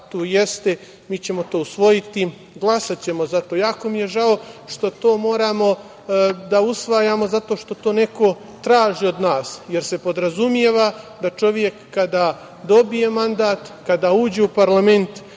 mi ćemo to usvojiti, glasaćemo za to. Jako mi je žao što to moramo da usvajamo zato što to neko traži od nas, jer se podrazumeva da čovek kada dobije mandat, kada uđe u parlament